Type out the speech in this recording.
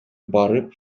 барып